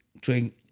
drink